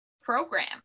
program